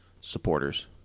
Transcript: supporters